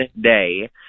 day